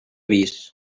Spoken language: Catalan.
vist